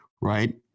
Right